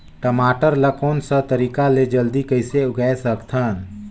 टमाटर ला कोन सा तरीका ले जल्दी कइसे उगाय सकथन?